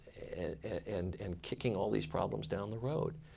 and and kicking all these problems down the road.